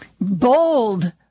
bold